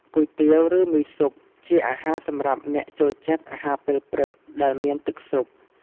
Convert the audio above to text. គុយទាវ ឬ មីស៊ុប ជាអាហារសម្រាប់អ្នកចូលចិត្តអាហារពេលព្រឹកដែលមានទឹកស៊ុប ។